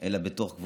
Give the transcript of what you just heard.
חבר הכנסת מנסור